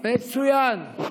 מצוין.